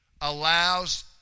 allows